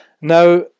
Now